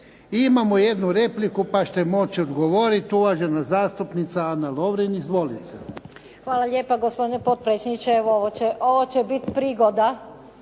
imamo jednu repliku pa ćete moći odgovoriti, uvažena zastupnica Ana Lovrin. Izvolite. **Lovrin, Ana (HDZ)** Hvala lijepa gospodine potpredsjedniče. Evo, ovo će biti prigoda